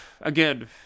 again